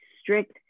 strict